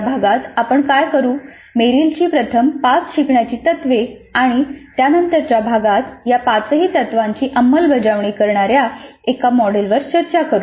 या भागात आपण काय करू मेरिलची प्रथम पाच शिकण्याची तत्त्वे आणि त्यानंतरच्या भागात या पाचही तत्त्वांची अंमलबजावणी करणार्या एका मॉडेलवर चर्चा करू